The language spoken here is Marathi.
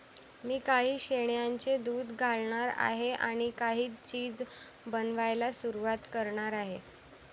मी काही शेळ्यांचे दूध घालणार आहे आणि काही चीज बनवायला सुरुवात करणार आहे